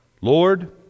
Lord